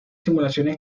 simulaciones